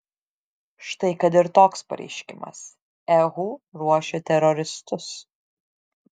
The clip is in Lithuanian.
štai kad ir toks pareiškimas ehu ruošia teroristus